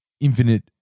infinite